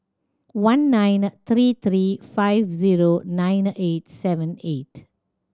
one nine three three five zero nine eight seven eight